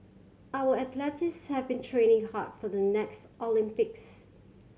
our athletes have been training hard for the next Olympics